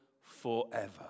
forever